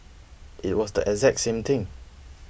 it was the exact same thing